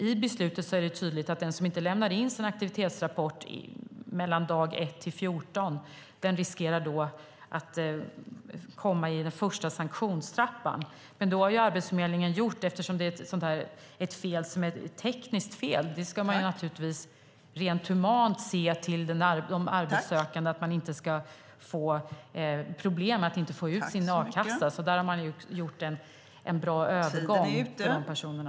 I beslutet är det tydligt att den som inte lämnar in sin aktivitetsrapport mellan dag 1 och dag 14 riskerar att hamna i den första sanktionstrappan. Eftersom det är ett tekniskt fel ska man dock naturligtvis rent humant se till att de arbetssökande inte ska få problem med att få ut sin a-kassa, så där har Arbetsförmedlingen gjort en bra övergång för de personerna.